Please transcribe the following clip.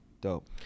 dope